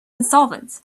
insolvent